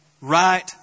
right